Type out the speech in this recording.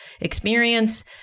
experience